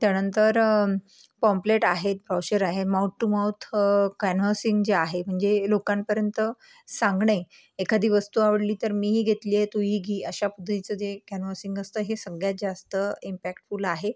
त्यानंतर पोम्प्लेट आहेत ब्रोशर आहे माऊथ टू माऊथ कॅनव्हसिंग जी आहे म्हणजे लोकांपर्यंत सांगणे एखादी वस्तु आवडली तर मीही घेतली आहे तूही घे अशा पद्धतीचं जे कॅनव्हसिंग असतं हे सगळ्यात जास्त इमपॅक्टफूल आहे